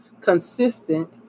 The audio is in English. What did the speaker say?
Consistent